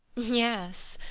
yes,